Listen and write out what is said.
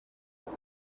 wenn